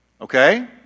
Okay